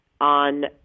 on